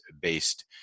based